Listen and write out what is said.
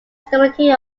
stability